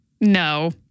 No